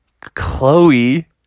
Chloe